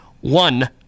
one